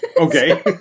okay